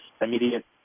immediate